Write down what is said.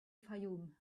fayoum